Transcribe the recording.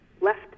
left